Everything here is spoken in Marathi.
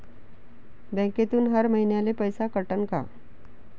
बँकेतून हर महिन्याले पैसा कटन का?